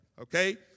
okay